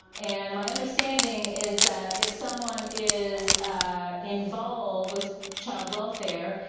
and my understanding is that if someone is ah involved with child welfare,